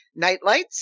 Nightlights